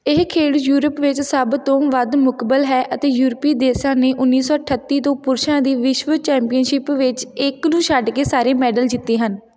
ਇਹ ਖੇਡ ਯੂਰਪ ਵਿੱਚ ਸਭ ਤੋਂ ਵੱਧ ਮੁਕਬਲ ਹੈ ਅਤੇ ਯੂਰਪੀ ਦੇਸ਼ਾਂ ਨੇ ਉੱਨੀ ਸੌ ਅਠੱਤੀ ਤੋਂ ਪੁਰਸ਼ਾਂ ਦੀ ਵਿਸ਼ਵ ਚੈਂਪੀਅਨਸ਼ਿਪ ਵਿੱਚ ਇੱਕ ਨੂੰ ਛੱਡ ਕੇ ਸਾਰੇ ਮੈਡਲ ਜਿੱਤੇ ਹਨ